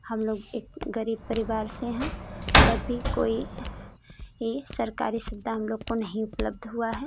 हम लोग एक गरीब परिवार से हैं तब भी कोई ये सरकारी सुविधा हम लोग को नहीं उपलब्ध हुआ है